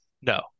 No